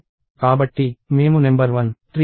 కాబట్టి మేము నెంబర్ 1 3 5 7 నుండి 20 వరకు వెళ్తాము